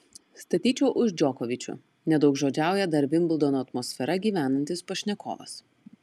statyčiau už džokovičių nedaugžodžiauja dar vimbldono atmosfera gyvenantis pašnekovas